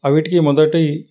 వాటికి మొదటి